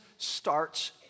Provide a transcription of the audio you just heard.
starts